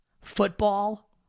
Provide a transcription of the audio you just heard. football